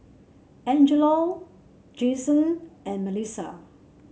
Angella Jaxon and Melissa